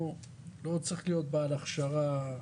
שללו לו תעודת כשרות.